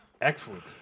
Excellent